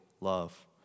love